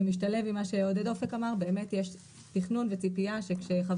זה משתלב עם מה שעודד אופק אמר באמת יש תכנון וציפייה שכשחברי